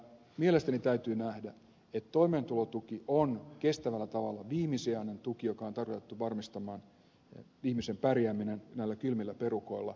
mielestäni täytyy nähdä että toimeentulotuki on kestävällä tavalla viimesijainen tuki joka on tarkoitettu varmistamaan ihmisen pärjääminen näillä kylmillä perukoilla